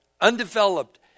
undeveloped